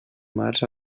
març